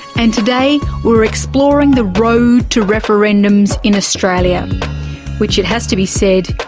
and today we're exploring the road to referendums in australia which, it has to be said,